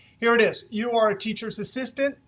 here it is. you are a teacher's assistant.